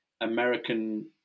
American